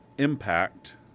Impact